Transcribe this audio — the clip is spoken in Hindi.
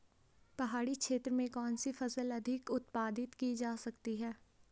पहाड़ी क्षेत्र में कौन सी फसल अधिक उत्पादित की जा सकती है?